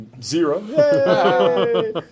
Zero